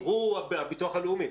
הוא הביטוח הלאומי,